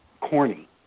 corny